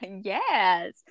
Yes